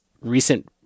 recent